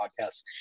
podcasts